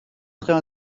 serait